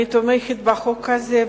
אני תומכת בחוק הזה.